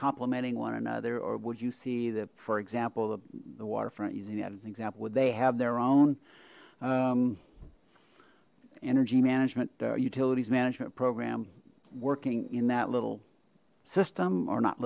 complementing one another or would you see that for example the the waterfront using that as an example would they have their own energy management utilities management program working in that little system or not